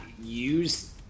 use